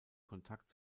kontakt